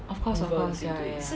of course of course ya ya ya